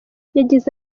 yagize